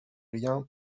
rien